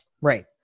Right